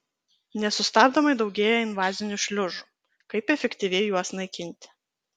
nesustabdomai daugėja invazinių šliužų kaip efektyviai juos naikinti